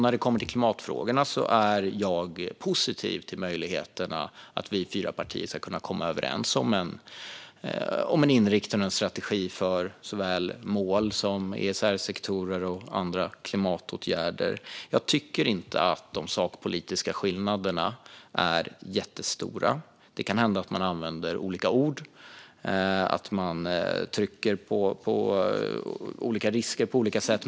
När det kommer till klimatfrågorna är jag positiv till möjligheterna för att vi fyra partier ska kunna komma överens om en inriktning och en strategi för såväl mål som ECR-sektorer och andra klimatåtgärder. Jag tycker inte att de sakpolitiska skillnaderna är jättestora. Det kan hända att man använder olika ord och att man trycker på olika risker på olika sätt.